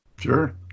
sure